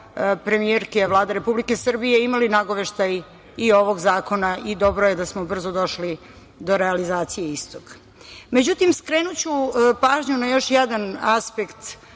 premijerke Vlade Republike Srbije imali nagoveštaj i ovog zakona i dobro je da smo brzo došli do realizacije istog.Međutim, skrenuću pažnju na još jedan aspekt